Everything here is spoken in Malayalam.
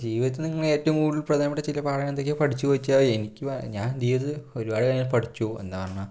ഇപ്പോൾ ജീവിതത്തിൽ നിങ്ങളേറ്റവും കൂടുതൽ പ്രധാനപ്പെട്ട ചില പാഠങ്ങൾ എന്തൊക്കെയോ പഠിച്ചു ചോദിച്ചാൽ എനിക്ക് ഞാൻ എന്ത് ചെയ്ത് ഒരു പാട് നാൾ പഠിച്ചു എന്നാൽ